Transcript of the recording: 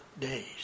days